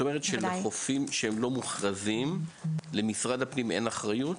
בחופים שאינם מוכרזים למשרד הפנים אין אחריות?